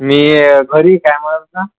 मी घरीच आहे का